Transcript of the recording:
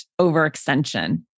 overextension